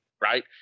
right